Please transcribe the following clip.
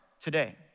today